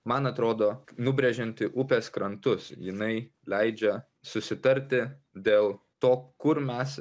man atrodo nubrėžianti upės krantus jinai leidžia susitarti dėl to kur mes